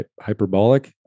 hyperbolic